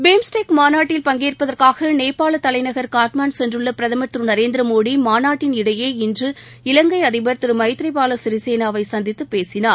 BIMSTEC மாநாட்டில் பங்கேற்பதற்காகநேபாளதலைநகர் காட்மாண்ட் சென்றுள்ளபிரதமர் திருநரேந்திரமோடி இடையே இன்று இலங்கைஅதிபர் திருமைத்ரிபாலசிறிசேனாவைசந்தித்துபேசினார்